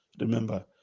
Remember